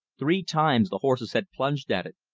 three times the horses had plunged at it,